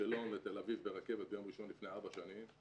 מאשקלון לתל אביב ביום ראשון ברכבת לפני ארבע שנים,